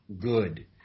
good